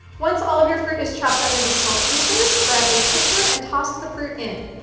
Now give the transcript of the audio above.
once all of your fruit is chopped up into small pieces, grab a pitcher and toss the fruit in.